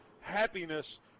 happiness